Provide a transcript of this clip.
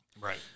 Right